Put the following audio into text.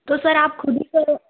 तो सर आप ख़ुद ही